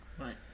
Right